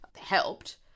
helped